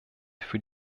für